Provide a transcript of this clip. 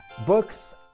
Books